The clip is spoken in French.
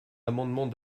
amendement